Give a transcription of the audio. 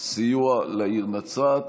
סיוע לעיר נצרת.